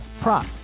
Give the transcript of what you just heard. prop